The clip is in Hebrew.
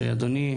כמו שאמר אדוני,